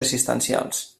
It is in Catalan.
assistencials